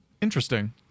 Interesting